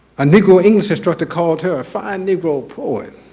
a negro english instructor called her a fine negro poet